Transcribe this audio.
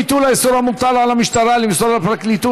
ביטול האיסור המוטל על המשטרה למסור לפרקליטות